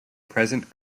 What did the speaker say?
present